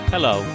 Hello